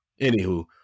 anywho